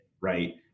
right